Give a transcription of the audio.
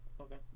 okay